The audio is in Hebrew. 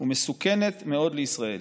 ומסוכנת מאוד לישראל.